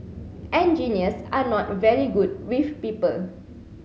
engineers are not very good with people